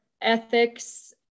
ethics